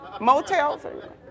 Motels